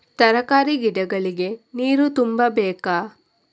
ತರಕಾರಿ ಗಿಡಗಳಿಗೆ ನೀರು ತುಂಬಬೇಕಾ?